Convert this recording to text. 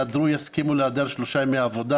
יסכימו להיעדר למשך שלוש ימים מעבודה,